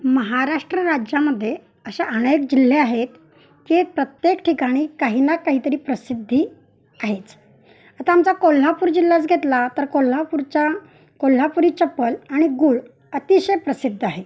महाराष्ट्र राज्यामध्ये असे अनेक जिल्हे आहेत की प्रत्येक ठिकाणी काही ना काहीतरी प्रसिद्धी आहेच आता आमचा कोल्हापूर जिल्हाच घेतला तर कोल्हापूरच्या कोल्हापुरी चप्पल आणि गुळ अतिशय प्रसिद्ध आहे